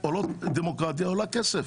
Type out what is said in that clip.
הדמוקרטיה עולה כסף